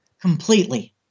Completely